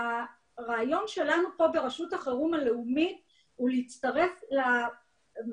הרעיון שלנו פה ברשות החירום הלאומי הוא להצטרף למִנהלת